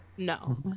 No